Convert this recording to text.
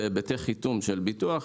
בהיבטי חיתום של ביטוח,